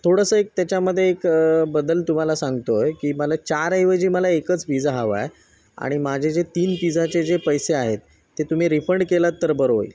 थोडंसं एक त्याच्यामध्ये एक बदल तुम्हाला सांगतो आहे की मला चारऐवजी मला एकच पिजा हवा आहे आणि माझे जे तीन पिजाचे जे पैसे आहेत ते तुम्ही रिफंड केलात तर बरं होईल